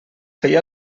feia